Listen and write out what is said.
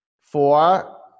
four